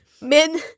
Min